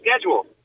schedule